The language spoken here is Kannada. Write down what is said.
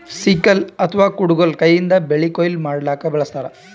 ಸಿಕಲ್ ಅಥವಾ ಕುಡಗೊಲ್ ಕೈಯಿಂದ್ ಬೆಳಿ ಕೊಯ್ಲಿ ಮಾಡ್ಲಕ್ಕ್ ಬಳಸ್ತಾರ್